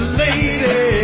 lady